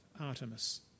Artemis